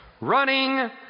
running